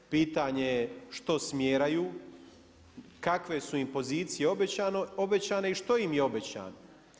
Pitanje je što smjeraju, kakve su im pozicije obećane i što im je obećano.